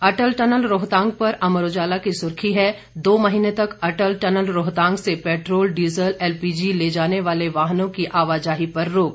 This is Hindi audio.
अटल टनल रोहतांग पर अमर उजाला की सुर्खी है दो महीने तक अटल टनल रोहतांग से पैट्रोल डीजल एलपीजी ले जाने वाले वाहनों की आवाजाही पर रोक